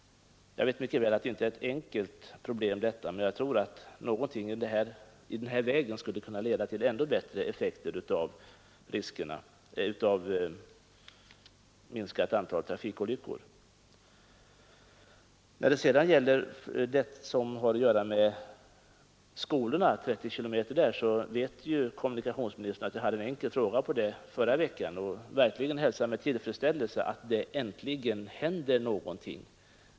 Jag vet mycket väl att detta inte är ett enkelt problem, men jag tror att en differentiering i den här stilen skulle kunna ge bättre effekter och minskat antal trafikolyckor. När det gäller 30 km/tim framför skolor så vet ju kommunikationsministern att jag hade en enkel fråga på det i förra veckan. Jag hälsar verkligen med tillfredsställelse att det äntligen händer någonting.